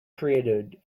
created